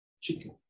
chicken